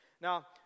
Now